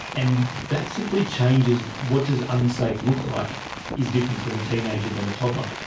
and that simply changes what does unsafe look like is different from a teenager than a toddler,